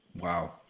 Wow